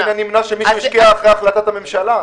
לא מין הנמנע שמישהו הסכים אחרי החלטת הממשלה.